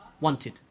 wanted